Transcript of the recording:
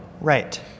Right